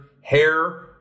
Hair